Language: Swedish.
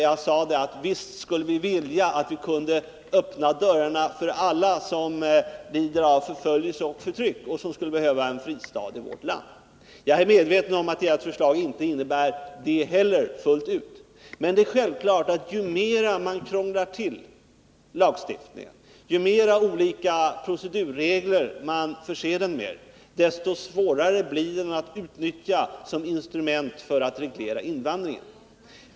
Jag sade: Visst skulle vi vilja att vi kunde öppna dörrarna för alla som lider av förföljelser och förtryck och som skulle behöva en fristad i vårt land. Jag är medveten om att ert förslag inte innebär det heller fullt ut. men det är självklart att ju mer man krånglar till lagstiftningen, ju fler olika procedurregler man måste förse den med, desto svårare blir den att utnyttja som instrument för att reglera invandringen.